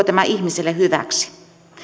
tämä ihmiselle hyväksi